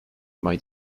might